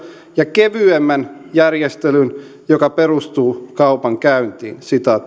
ja kevyemmän järjestelyn joka perustuu kaupankäyntiin